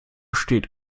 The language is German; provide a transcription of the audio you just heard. steht